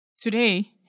Today